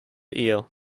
ear